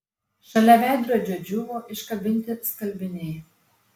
šalia veidrodžio džiūvo iškabinti skalbiniai